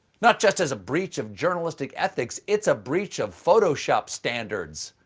not just as a breach of journalistic ethics, it's a breach of photoshop standards.